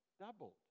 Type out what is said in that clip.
doubled